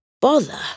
bother